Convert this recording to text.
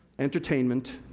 entertainment,